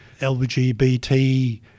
LGBT